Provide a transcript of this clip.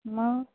मग